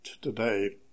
today